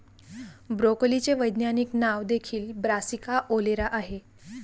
ब्रोकोलीचे वैज्ञानिक नाव देखील ब्रासिका ओलेरा आहे